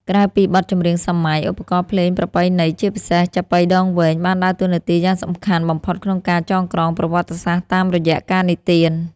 ក្រៅពីបទចម្រៀងសម័យ ឧបករណ៍ភ្លេងប្រពៃណីជាពិសេស ចាប៉ីដងវែង បានដើរតួនាទីយ៉ាងសំខាន់បំផុតក្នុងការចងក្រងប្រវត្តិសាស្ត្រតាមរយៈការនិទាន។